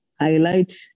highlight